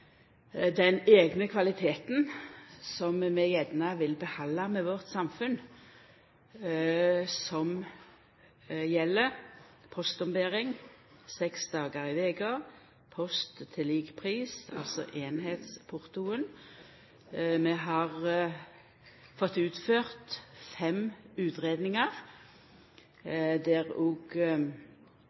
den særeigne kvaliteten med vårt samfunn som vi gjerne vil behalda, som gjeld postombering seks dagar i veka, post til lik pris, altså einheitsportoen. Vi har fått utført fem utgreiingar der